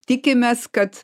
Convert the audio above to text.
tikimės kad